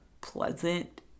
pleasant